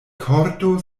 korto